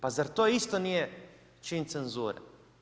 Pa zar to isto nije čin cenzure?